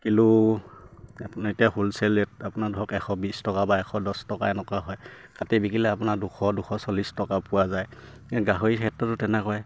kilo আপোনাৰ এতিয়া wholesale rate আপোনাৰ ধৰক এশ বিছ টকা বা এশ দছ টকা এনেকুৱা হয় কাটি বিকিলে আপোনাৰ দুশ দুশ চল্লিছ টকা পোৱা যায় গাহৰিৰ ক্ষেত্ৰতো তেনেকৈ